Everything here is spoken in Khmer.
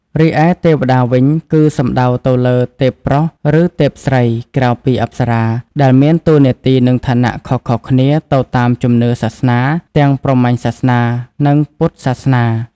រីឯទេវតាវិញ គឺសំដៅទៅលើទេពប្រុស ឬទេពស្រី ក្រៅពីអប្សរា ដែលមានតួនាទី និងឋានៈខុសៗគ្នាទៅតាមជំនឿសាសនា ទាំង ព្រហ្មញ្ញសាសនា និង ពុទ្ធសាសនា។